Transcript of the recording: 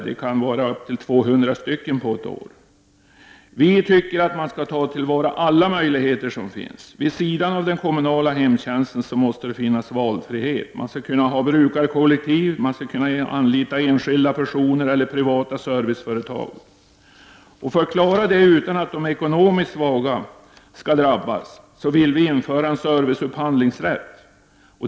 Det kan vara upp till 200 på ett år! Vi tycker att man skall ta till vara alla möjligheter. Vid sidan av den kommunala hem tjänsten måste det finnas valfrihet. Man skall kunna ha brukarkollektiv, och man skall kunna anlita enskilda personer eller privata företag. För att klara detta utan att de ekonomiskt svaga drabbas, vill vi införa en serviceupphandlingrätt.